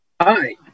Hi